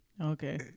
Okay